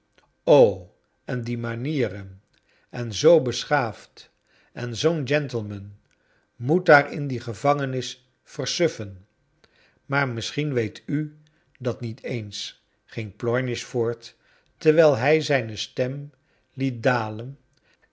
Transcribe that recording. en die manierenl en zoo beschaafd i en zoo'n gentleman moet daar in die gevangenis versuffen i maar misschien weet u dat niet eens ging plomish voort terwijl hij zijne stem liet dalen